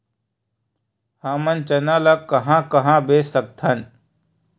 हमन चना ल कहां कहा बेच सकथन?